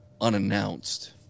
unannounced